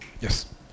Yes